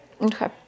Okay